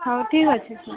ହଉ ଠିକ୍ ଅଛି